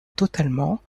totalement